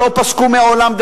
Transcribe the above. שלא פסקו מעולם,